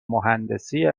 مهندسی